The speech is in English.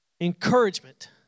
Encouragement